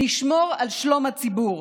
לשמור על שלום הציבור.